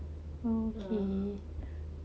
mm okay